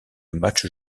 matches